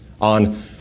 On